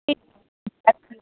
ठीकु